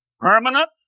permanent